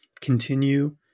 continue